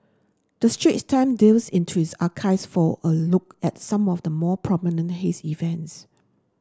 the Straits Times delves into its archives for a look at some of the more prominent haze events